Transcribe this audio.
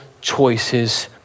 choices